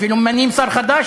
אפילו ממנים שר חדש,